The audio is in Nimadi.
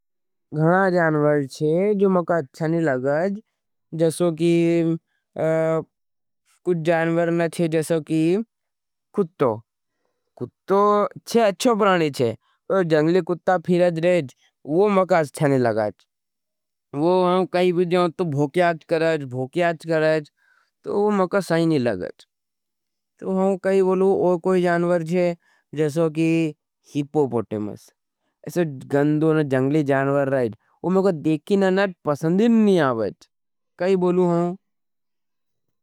गणा जानवर शे, जो मका अच्छा नहीं लगाज। जसो की कुछ जानवर नहीं शे, जसो की कुट्टो। कुट्टो शे अच्छो पराणे शे, जंगली कुट्टा फिराज रहेज, वो मका अच्छा नहीं लगाज। वो हम कहीं भी जावच, भोका हीच करच, भोका हीच करच। तो वो हमको मका सही नहीं लगच। तो कई बोलू और कोई जानवर चे जैसो की हिप्पो पटोमस। ऐसी नो गंडो जानवर लगेच। ओ की देखी नी पसंद अवच, कई बोलू हूँ।